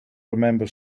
remember